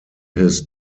his